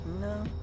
No